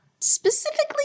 specifically